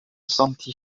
santi